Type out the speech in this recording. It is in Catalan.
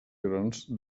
grans